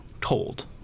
told